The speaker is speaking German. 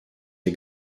der